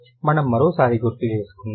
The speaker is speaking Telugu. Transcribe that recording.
మనం మరొకసారి గుర్తుచేసుకుందాం